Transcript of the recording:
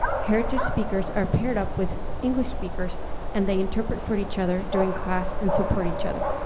heritage speakers are paired up with english speakers and they interpret for each other during class and support each other.